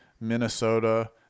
Minnesota